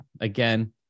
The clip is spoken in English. again